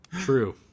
True